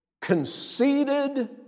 conceited